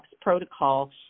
protocol